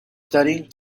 studying